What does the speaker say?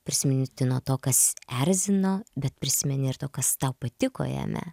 prisiminti nuo to kas erzino bet prisimeni ir to kas tau patiko jame